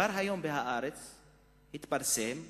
היום התפרסם ב"הארץ"